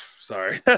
sorry